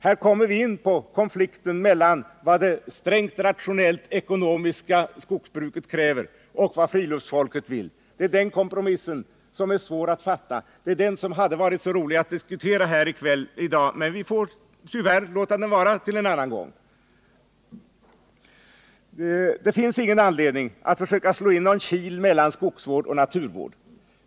Här kommer vi in på konflikten mellan vad det strängt rationella och ekonomiska skogsbruket kräver och vad friluftsfolket vill. Den kompromissen är svår att göra. Det hade varit roligt att diskutera den här i dag, men vi får tyvärr låta det vara till en annan gång. Det finns ingen anledning att försöka slå in någon kil mellan skogsvård och naturvård.